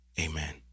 amen